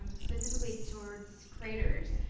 um specifically towards craters.